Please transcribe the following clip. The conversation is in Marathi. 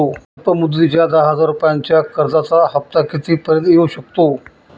अल्प मुदतीच्या दहा हजार रुपयांच्या कर्जाचा हफ्ता किती पर्यंत येवू शकतो?